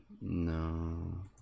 No